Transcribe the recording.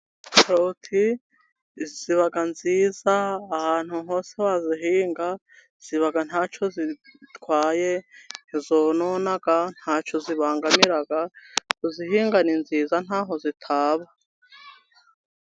Karoti ziba nziza ahantu hose wazihinga ziba ntacyo zitwaye. Ntizonona, ntacyo zibangamira, kuzihinga ni nziza ntaho zitaba.